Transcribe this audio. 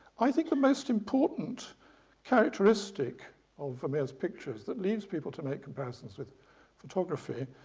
i think the most important characteristic of vermeer's pictures that leads people to make comparisons with photography,